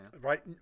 right